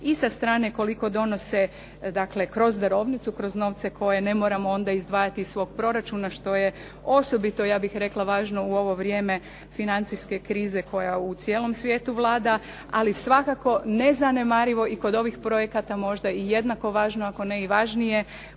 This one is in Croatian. i sa strane koliko donose, dakle kroz darovnicu, kroz novce koje ne moramo onda izdvajati iz svog proračuna što je osobito ja bih rekla važno u ovo vrijeme financijske krize koja u cijelom svijetu vlada. Ali svakako nezanemarivo i kod ovih projekata možda i jednako važno ako ne i važnije